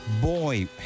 Boy